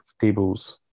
tables